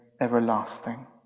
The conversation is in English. everlasting